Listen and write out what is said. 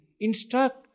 instruct